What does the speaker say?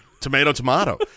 tomato-tomato